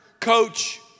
coach